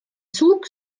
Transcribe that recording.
zug